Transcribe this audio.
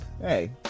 Hey